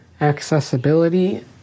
Accessibility